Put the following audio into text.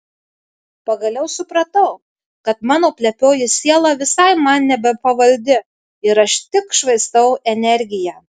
pagaliau supratau kad mano plepioji siela visai man nebepavaldi ir aš tik švaistau energiją